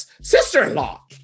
sister-in-law